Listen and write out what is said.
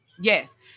Yes